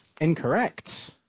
Incorrect